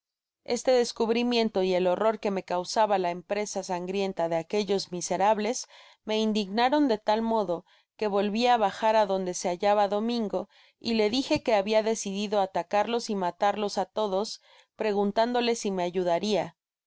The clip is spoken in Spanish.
este descubrimiento y el horror que me causaba la empresa sangrienta de aquellos miserables me indignaron de tal modo que volvi á bajar adonde se hallaba domingo y le dije que habia decidido atacarlos y matarlos á todos preguntándole si me ayudaria